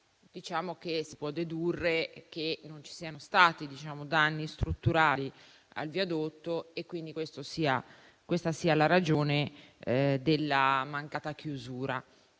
di Anas, si può dedurre che non ci siano stati danni strutturali al viadotto e che quindi questa sia la ragione della mancata chiusura.